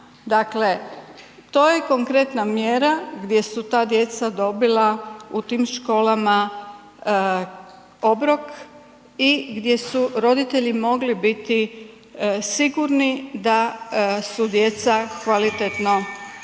Dakle, to je konkretna mjera gdje su ta djeca dobila u tim školama obrok i gdje su roditelji mogli biti sigurni da su djeca kvalitetno zbrinuta